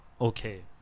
okay